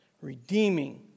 redeeming